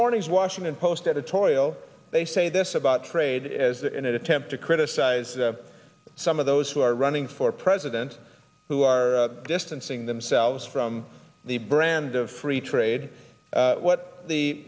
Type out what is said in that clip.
morning's washington post editorial they say this about trade as an attempt to criticize some of those who are running for president who are distancing themselves from the brand of free trade what the